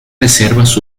reservas